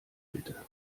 bitte